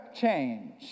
change